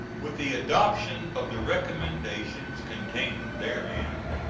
with the adoption of the recommendations contained therein,